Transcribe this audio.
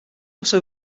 also